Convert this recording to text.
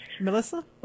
Melissa